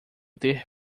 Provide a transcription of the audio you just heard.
ter